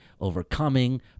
overcoming